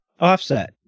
Offset